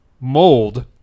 mold